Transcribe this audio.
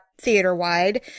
theater-wide